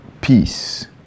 peace